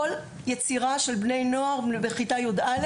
הכול יצירה של בני נוער בכיתה י"א,